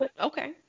Okay